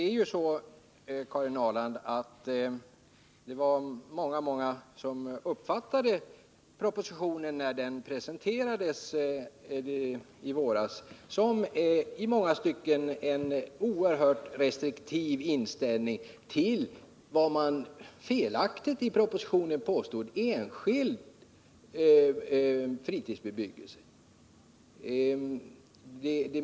Fru talman! Men det är många, Karin Ahrland, som när propositionen presenterades i våras fick den uppfattningen att den gav uttryck för en oerhört restriktiv inställning till vad som i propositionen felaktigt betecknades som enskild fritidsbebyggelse.